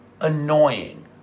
annoying